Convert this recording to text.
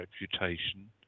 reputation